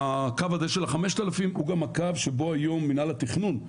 הקו הזה של ה-5,000 הוא גם הקו שבו היום מנהל התכנון,